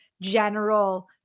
general